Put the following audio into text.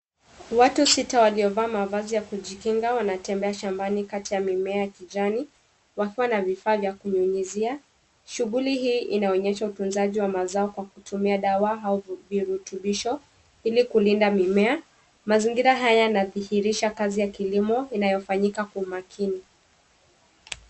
Watu sita waliovaa mavazi ya kujikinga wanatembea shambani kati ya mimea ya kijani wakiwa na vifaa vya kunyunyuzia. Shughuli hii inaonyesha utunzaji wa mazao kwa kutumia dawa au virutubisho ili kulinda mimea. Mazingira haya yanadhihirisha kazi ya kilimo inayofanyika kwa umakini.